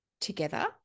together